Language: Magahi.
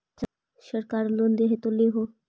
सरकार लोन दे हबै तो ले हो?